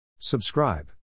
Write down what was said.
Subscribe